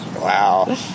Wow